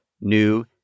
new